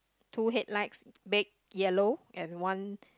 two headlights back yellow and one